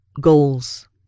goals